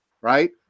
right